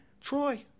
Troy